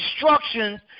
instructions